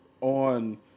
on